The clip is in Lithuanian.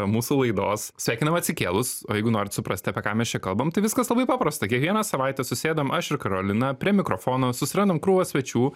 mūsų laidos sveikinam atsikėlus o jeigu norit suprasti apie ką mes čia kalbam tai viskas labai paprasta kiekvieną savaitę susėdam aš ir karolina prie mikrofono susirandam krūvas svečių